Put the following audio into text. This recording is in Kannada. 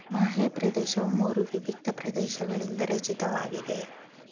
ಮಾಹೆ ಪ್ರದೇಶವು ಮೂರು ವಿವಿಕ್ತ ಪ್ರದೇಶಗಳಿಂದ ರಚಿತವಾಗಿದೆ